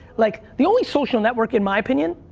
like the only social network, in my opinion,